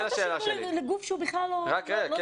כן.